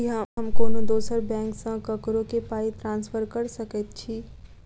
की हम कोनो दोसर बैंक सँ ककरो केँ पाई ट्रांसफर कर सकइत छि?